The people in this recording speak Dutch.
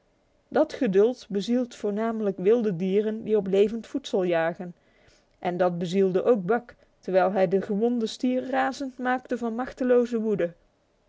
dat geduld bezielt voornamelijk wilde dieren die op levend voedsel jagen en dat bezielde ook buck terwijl hij den gewonden stier razend maakte van machteloze woede